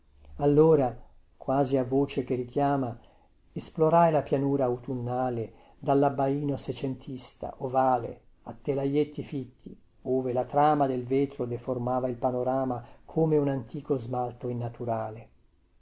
allora quasi a voce che richiama esplorai la pianura autunnale dallabbaino secentista ovale a telaietti fitti ove la trama del vetro deformava il panorama come un antico smalto innaturale